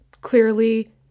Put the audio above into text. clearly